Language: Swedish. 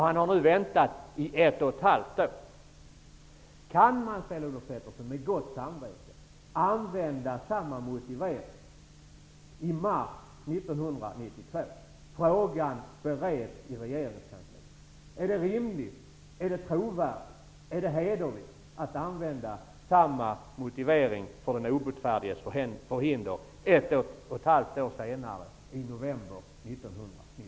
Kan man med gott samvete använda samma motivering i mars 1992, dvs. att frågan bereds i regeringskansliet? Är det rimligt, trovärdigt och hederligt att använda samma motivering för den obotfärdiges förhinder, ett och ett halvt år senare, i november 1993?